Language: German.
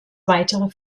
weitere